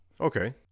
Okay